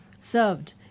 served